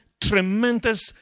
tremendous